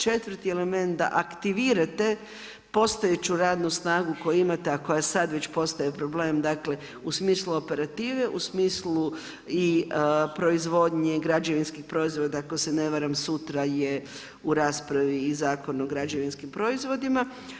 Četvrti element da aktivirate postojeću radnu snagu koju imate a koja sada već postaje problem, dakle u smislu operative, u smislu i proizvodnje građevinskih proizvoda, ako se ne varam sutra je u raspravi i Zakon o građevinskim proizvodima.